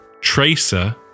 Tracer